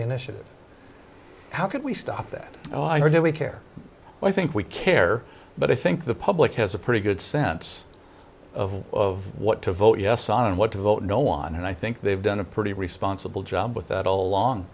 the initiative how can we stop that oh i heard you we care i think we care but i think the public has a pretty good sense of of what to vote yes on and what to vote no on and i think they've done a pretty responsible job with that all along